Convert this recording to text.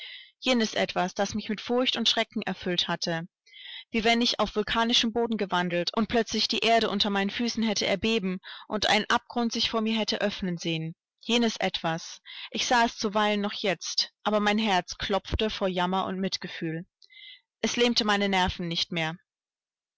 jenes etwas das mich mit furcht und schrecken erfüllt hatte wie wenn ich auf vulkanischem boden gewandelt und plötzlich die erde unter meinen füßen hätte erbeben und einen abgrund sich vor mir hätte öffnen sehen jenes etwas ich sah es zuweilen noch jetzt aber mein herz klopfte vor jammer und mitgefühl es lähmte meine nerven nicht mehr